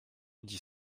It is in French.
dix